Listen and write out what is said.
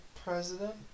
president